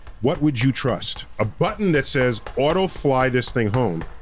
what would you trust? a button that says auto fly this thing home,